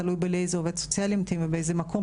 תלוי לאיזה עובד סוציאלי ממתינים ובאיזה מקום.